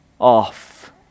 off